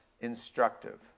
instructive